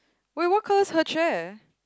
wait what colour is her chair